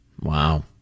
Wow